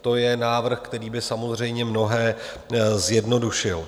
To je návrh, který by samozřejmě mnohé zjednodušil.